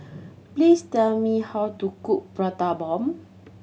please tell me how to cook Prata Bomb